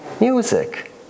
Music